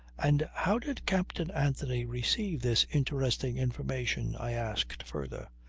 and how did captain anthony receive this interesting information? i asked further.